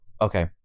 okay